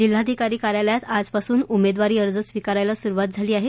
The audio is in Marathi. जिल्हाधिकारीकार्यालयात आजपासून उमेदवारी अर्ज स्विकारायला सुरुवात झाली आहे